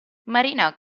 marina